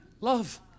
love